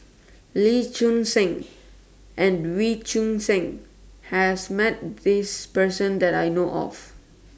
Lee Choon Seng and Wee Choon Seng has Met This Person that I know of